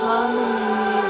harmony